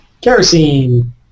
Kerosene